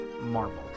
Marvel